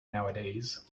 nowadays